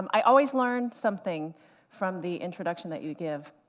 i always learn something from the introduction that you give,